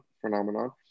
phenomenon